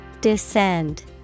Descend